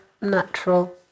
natural